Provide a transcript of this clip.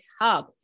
Hub